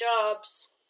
jobs